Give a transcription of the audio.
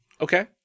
Okay